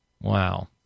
Wow